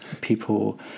people